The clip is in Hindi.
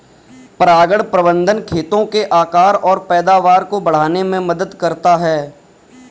परागण प्रबंधन खेतों के आकार और पैदावार को बढ़ाने में मदद करता है